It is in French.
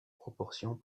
proportions